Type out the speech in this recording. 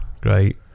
Great